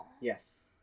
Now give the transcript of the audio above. Yes